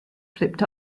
flipped